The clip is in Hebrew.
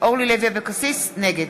נגד